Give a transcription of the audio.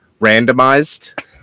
randomized